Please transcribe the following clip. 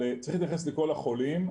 צריך להתייחס לכל החולים,